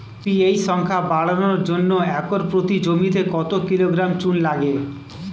PH সংখ্যা বাড়ানোর জন্য একর প্রতি জমিতে কত কিলোগ্রাম চুন লাগে?